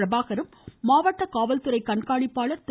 பிரபாகரும் மாவட்ட காவல்துறை கண்காணிப்பாளர் திரு